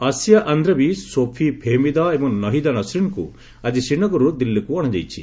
ଆସିଆ ଆଣ୍ଡରବି ସୋଫି ଫେହେମିଦା ଏବଂ ନହିଦା ନସରିନ୍କୁ ଆଜି ଶ୍ରୀନଗରରୁ ଦିଲ୍ଲୀକୁ ଅଣାଯାଇଛି